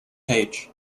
page